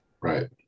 Right